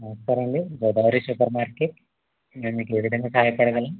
నమస్కారం అండి గోదావరీ సూపర్మార్కెట్ నేను మీకు ఏ విధంగా సహాయపడగలను